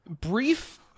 brief